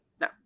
No